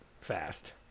fast